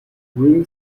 green